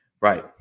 Right